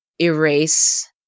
erase